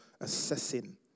assessing